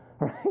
right